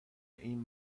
این